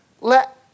let